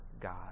God